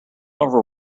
over